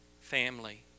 family